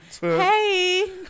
Hey